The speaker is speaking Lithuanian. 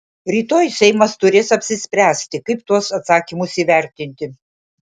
rytoj seimas turės apsispręsti kaip tuos atsakymus įvertinti